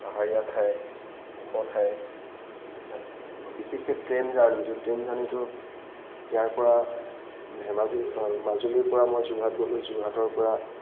পাহাৰীয়া ঠাই ওখ ঠাই তাত বিশেষকৈ ট্ৰেইন জাৰ্ণিটো ট্ৰেইন জাৰ্ণিটো ইয়াৰ পৰা ধেমাজী মাজুলীৰ পৰা মই যোৰহাট গ'লোঁ যোৰহাটৰ পৰা